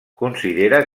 considera